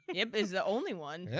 yup, it's the only one.